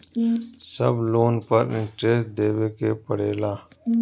सब लोन पर इन्टरेस्ट देवे के पड़ेला?